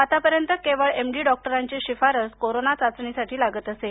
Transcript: आतापर्यंत केवळ M D डॉक्टरांचीच शिफारस कोरोना चाचणीसाठी लागत असे